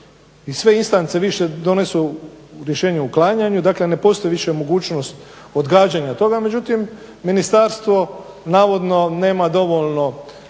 i sve … više donesu u rješenju o uklanjanju, dakle ne postoji više mogućnost odgađanja toga, međutim ministarstvo navodno nema dovoljno